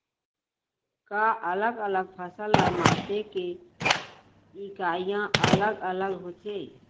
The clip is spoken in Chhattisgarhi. का अलग अलग फसल ला मापे के इकाइयां अलग अलग होथे?